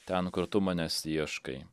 ten kur tu manęs ieškai